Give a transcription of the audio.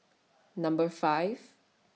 Number five